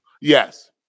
Yes